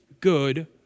good